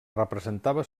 representava